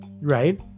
right